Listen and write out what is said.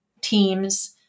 teams